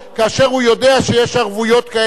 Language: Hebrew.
כאשר הוא יודע שיש ערבויות כאלה או אחרות,